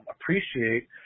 appreciate